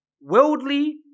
worldly